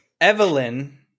Evelyn